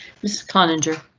mrs khan injure.